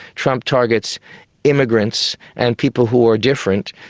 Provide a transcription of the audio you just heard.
trump targets immigrants and people who are different,